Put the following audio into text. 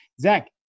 Zach